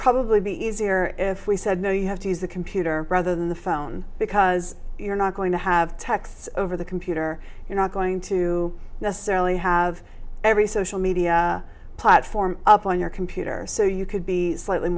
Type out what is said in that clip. probably be easier if we said no you have to use the computer rather than the phone because you're not going to have text over the computer you're not going to necessarily have every social media platform up on your computer so you could be slightly